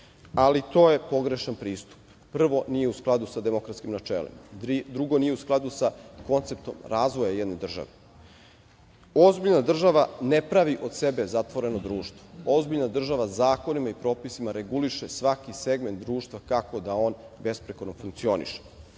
Ali to je pogrešan pristup. Prvo, nije u skladu sa demokratskim načelima. Drugo nije u skladu sa konceptom razvoja jedne države. Ozbiljna država ne pravi od sebe ovo zatvoreno društvo, ozbiljna država zakonima i propisima reguliše svaki segment društva kako da on besprekorno funkcioniše.